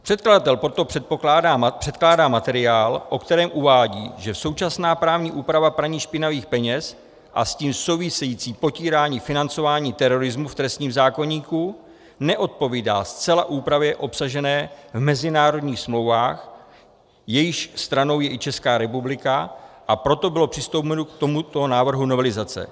Předkladatel proto předkládá materiál, o kterém uvádí, že současná právní úprava praní špinavých peněz a s tím související potírání financování terorismu v trestním zákoníku neodpovídá zcela úpravě obsažené v mezinárodních smlouvách, jejichž stranou je i Česká republika, a proto bylo přistoupeno k tomuto návrhu novelizace.